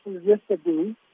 yesterday